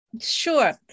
Sure